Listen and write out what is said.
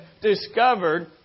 discovered